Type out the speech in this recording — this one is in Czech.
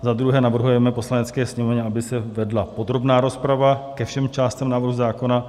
II. navrhuje Poslanecké sněmovně, aby se vedla podrobná rozprava ke všem částem návrhu zákona;